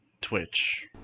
Twitch